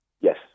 Yes